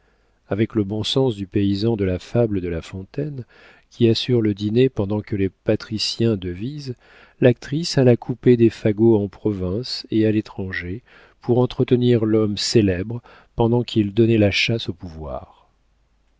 avec le bon sens du paysan de la fable de la fontaine qui assure le dîner pendant que les patriciens devisent l'actrice alla couper des fagots en province et à l'étranger pour entretenir l'homme célèbre pendant qu'il donnait la chasse au pouvoir